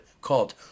called